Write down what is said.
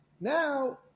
Now